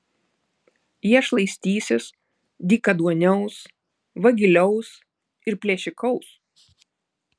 jie šlaistysis dykaduoniaus vagiliaus ir plėšikaus